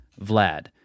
Vlad